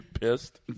pissed